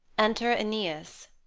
enter aeneas